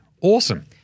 Awesome